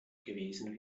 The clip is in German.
gewesen